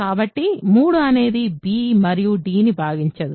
కాబట్టి 3 అనేది b మరియు dని భాగించదు